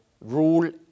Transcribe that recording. Rule